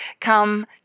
come